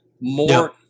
more –